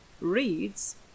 reads